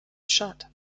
shut